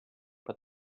but